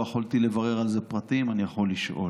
לא יכולתי לברר על זה פרטים, אני יכול לשאול.